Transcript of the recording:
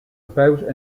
about